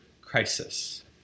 crisis